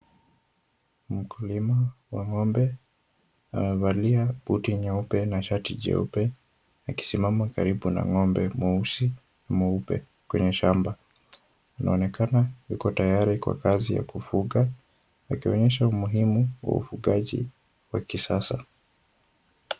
Mkulima wa ng'ombe amevalia buti nyeupe na shati jeupe akisimama karibu na ng'ombe mweusi na mweupe kwenye shamba. Anaonekana yuko tayari kwa kazi ya kufuga, akionyesha umuhimu wa ufugaji wa kisasa.